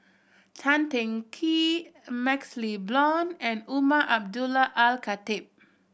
Tan Teng Kee MaxLe Blond and Umar Abdullah Al Khatib